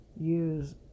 use